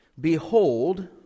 Behold